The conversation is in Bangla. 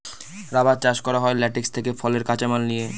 রাবার চাষ করা হয় ল্যাটেক্স থেকে ফলের কাঁচা মাল নিয়ে